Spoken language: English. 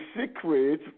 secret